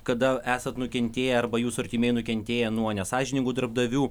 kada esat nukentėję arba jūsų artimieji nukentėję nuo nesąžiningų darbdavių